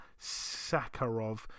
Sakharov